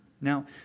Now